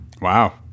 Wow